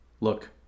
Look